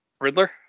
Riddler